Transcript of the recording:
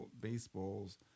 baseball's